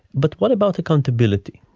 but what about accountability?